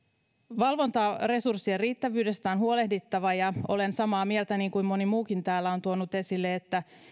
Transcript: valvontaresurssien riittävyydestä on huolehdittava ja olen samaa mieltä kuin moni muukin joka on sen täällä tuonut esille että